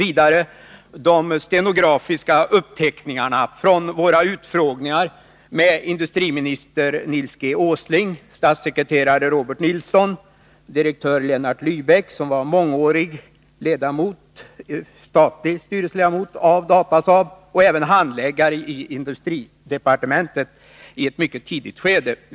Vidare finns bilagor från de stenografiska uppteckningarna av våra utfrågningar med industriminister Nils G. Åsling, statssekreterare Robert Nilsson och direktör Lennart Läbeck, som många år var statlig styrelseledamot i Datasaab och även handläggare i industridepartementet vid ett mycket tidigt skede.